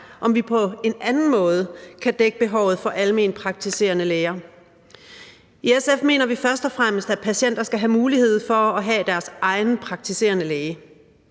om vi på en anden måde kan dække behovet for alment praktiserende læger. I SF mener vi først og fremmest, at patienter skal have mulighed for at have deres egen praktiserende læge.